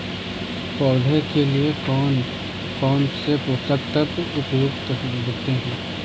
पौधे के लिए कौन कौन से पोषक तत्व उपयुक्त होते हैं?